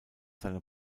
seine